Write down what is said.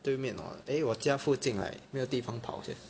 对面 hor eh 我家附近 right 没有地方跑去